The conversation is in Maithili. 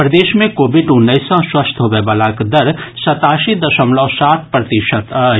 प्रदेश मे कोविंड उन्नैस सँ स्वस्थ होबयवलाक दर सतासी दशमलव सात प्रतिशत अछि